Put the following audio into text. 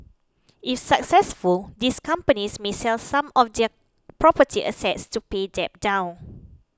if successful these companies may sell some of property assets to pay debt down